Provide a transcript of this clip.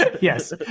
yes